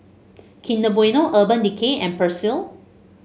Kinder Bueno Urban Decay and Persil